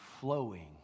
flowing